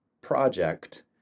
project